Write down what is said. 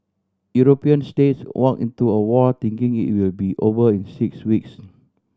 European states walked into a war thinking it will be over in six weeks